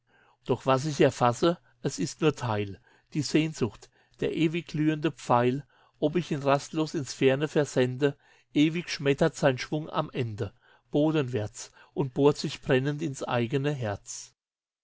doch was ich erfasse es ist nur teil die sehnsucht der ewig glühende pfeil ob ich ihn rastlos ins ferne versende ewig schmettert sein schwung am ende bodenwärts und bohrt sich brennend ins eigene herz